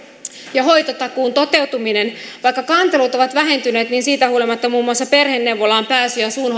ja hoitotakuun toteutuminen vaikka kantelut ovat vähentyneet niin siitä huolimatta on ollut ongelmia päästä ajoissa muun muassa perheneuvolaan ja suun